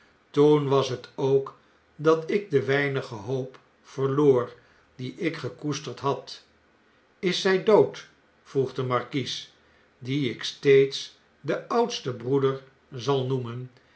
toen was het ook dat ik de weinige hoop verloor die ik gekoesterd had is zij dood vroeg de markies dien ik steeds den oudsten broeder zal noemen